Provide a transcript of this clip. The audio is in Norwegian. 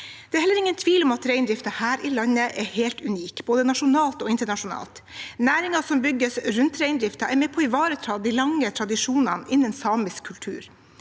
Det er heller ingen tvil om at reindriften her i landet er helt unik, både nasjonalt og internasjonalt. Næringen som bygges rundt reindriften, er med på å ivareta de lange tradisjonene innen samisk kultur.